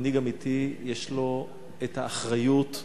מנהיג אמיתי, יש לו את האחריות,